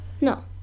No